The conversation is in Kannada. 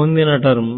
ಮುಂದಿನ ಟರ್ಮ್